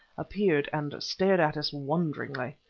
appeared and stared at us wonderingly.